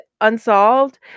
Unsolved